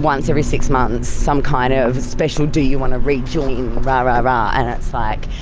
once every six months, some kind of special, do you want to rejoin. rah rah rah. and it's like,